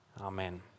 Amen